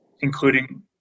including